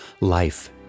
Life